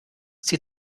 sie